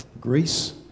Greece